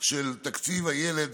בתקציב הילד